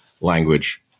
language